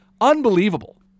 unbelievable